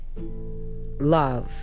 love